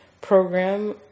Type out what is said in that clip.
program